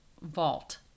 vault